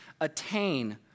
attain